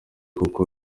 kuko